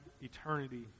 eternity